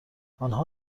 آنها